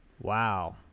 Wow